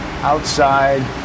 outside